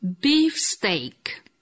beefsteak